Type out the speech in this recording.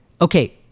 okay